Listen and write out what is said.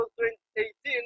2018